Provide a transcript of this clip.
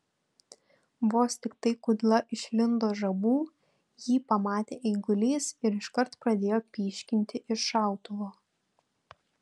vos tiktai kudla išlindo žabų jį pamatė eigulys ir iškart pradėjo pyškinti iš šautuvo